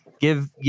Give